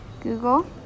google